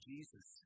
Jesus